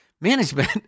management